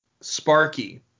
Sparky